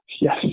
Yes